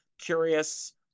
curious